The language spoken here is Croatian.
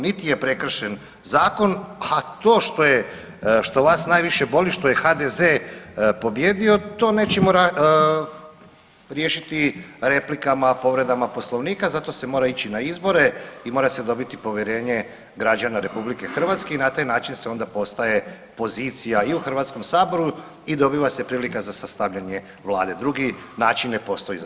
Niti je prekršen Zakon, a to što je, što vas najviše boli što je HDZ pobijedio, to nećemo riješiti replikama, povredama Poslovnika, zato se mora ići na izbore i mora se dobiti povjerenje građana RH i na taj način se onda postaje pozicija i u HS-u i dobiva se prilika za sastavljanje Vlade, drugi način ne postoji za sad.